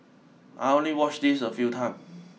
I only watch this a few time